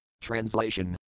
Translation